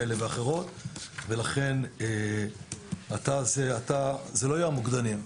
לכן זה לא יהיה המוקדנים.